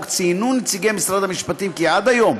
ציינו נציגי משרד המשפטים כי עד היום,